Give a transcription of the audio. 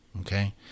okay